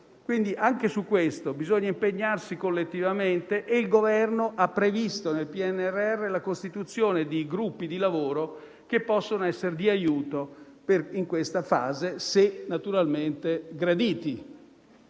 Quindi, anche su questo bisogna impegnarsi collettivamente e il Governo ha previsto nel PNRR la costituzione di gruppi di lavoro che possono essere di aiuto, in questa fase, naturalmente se graditi.